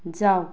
जाऊ